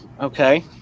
Okay